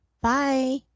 Bye